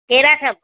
कहिड़ा सभु